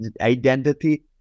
identity